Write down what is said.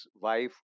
wife